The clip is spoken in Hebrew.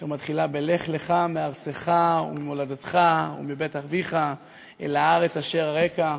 שמתחילה: "לך לך מארצך וממולדתך ומבית אביך אל הארץ אשר אראך",